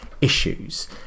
issues